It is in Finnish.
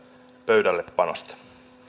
pöydällepanosta on